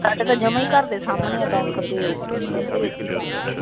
ਸਾਡੇ ਤਾਂ ਜਮ੍ਹਾਂ ਈ ਘਰ ਦੇ ਸਾਹਮਣੇ ਬੈਂਕ ਤੇ ਉਨਦੇ ਵਿੱਚ ਈ ਜਾਂਦੀ